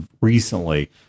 recently